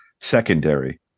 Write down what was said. secondary